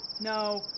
no